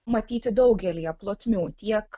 matyti daugelyje plotmių tiek